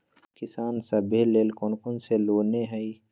किसान सवे लेल कौन कौन से लोने हई?